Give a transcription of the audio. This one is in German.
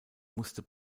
musste